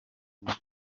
imico